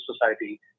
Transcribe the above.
society